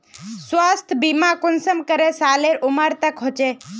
स्वास्थ्य बीमा कुंसम करे सालेर उमर तक होचए?